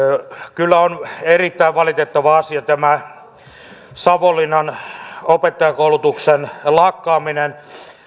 kyllä on erittäin valitettava asia tämä savonlinnan opettajankoulutuksen lakkaaminen